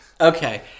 Okay